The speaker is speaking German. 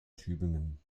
tübingen